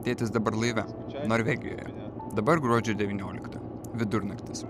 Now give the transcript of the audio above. tėtis dabar laive norvegijoje dabar gruodžio devyniolikta vidurnaktis